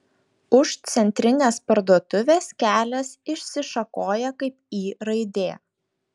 už centrinės parduotuvės kelias išsišakoja kaip y raidė